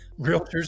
realtors